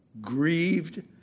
grieved